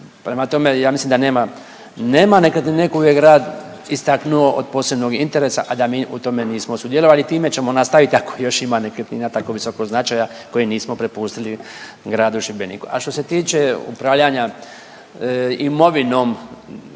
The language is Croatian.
prema tome ja mislim da nema, nema nekretnine koju je grad istaknuo od posebnog interesa, a da mi u tome nismo sudjelovali. Time ćemo nastaviti ako ima još nekretnina tako visokog značaja koje nismo prepustili gradu Šibeniku. A što se tiče upravljanja imovinom